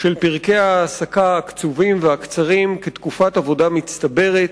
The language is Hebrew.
של פרקי ההעסקה הקצובים והקצרים כתקופת עבודה מצטברת,